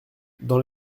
dans